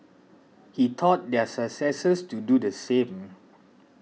he taught their successors to do the same